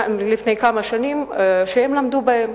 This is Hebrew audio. שלפני כמה שנים למדו מהם.